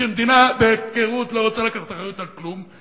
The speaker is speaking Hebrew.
כשמדינה בהפקרות לא רוצה לקחת אחריות על כלום,